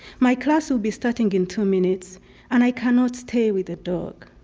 my class will be starting in two minutes and i cannot stay with the dog.